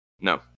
No